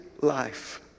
life